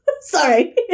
Sorry